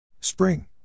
Spring